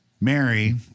Mary